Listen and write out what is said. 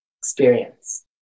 experience